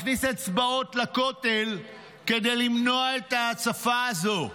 מכניס אצבעות לכותל כדי למנוע את ההצפה הזו.